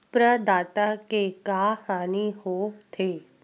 प्रदाता के का हानि हो थे?